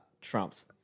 trumps